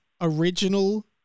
original